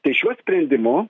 tai šiuo sprendimu